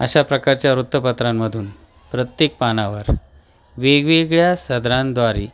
अशा प्रकारच्या वृत्तपत्रांमधून प्रत्येक पानावर वेगवेगळ्या सदरांद्वारे